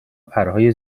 پرهای